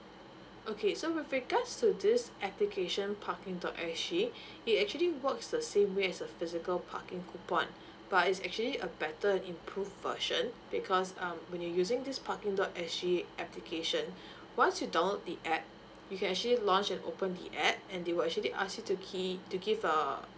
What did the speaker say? okay so with regards to this application parking dot S G it actually works the same way as the physical parking coupon but it's actually a better improve version because um when you using this parking dot S G application once you download the app you can actually launch and open the app and they will actually ask you to key to give uh